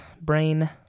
brain